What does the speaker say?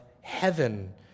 heaven